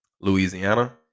Louisiana